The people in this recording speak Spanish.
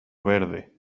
verde